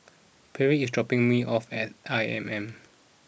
Pierre is dropping me off at I M M